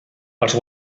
els